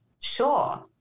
Sure